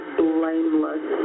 blameless